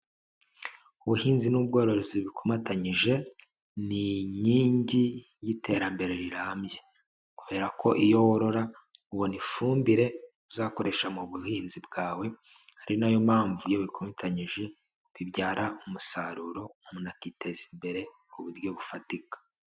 Ubuhinzi n'ubworozi bikomatanyije, ni inkingi y'iterambere rirambye. Kubera ko iyo worora, ubona ifumbire uzakoresha mu buhinzi bwawe, ari na yo mpamvu iyo bikomatanyije bibyara umusaruro, umuntu akiteza imbere ku buryo bufatika.